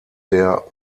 der